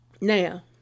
Now